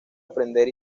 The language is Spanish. aprender